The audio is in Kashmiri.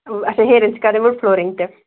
تہٕ اچھا ہیٚرَن چھِ کَرٕنۍ وُڑ فُلورِنٛگ تہِ